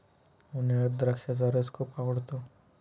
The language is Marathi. उन्हाळ्यात द्राक्षाचा रस खूप आवडतो